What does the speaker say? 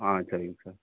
ஆ சரிங்க சார்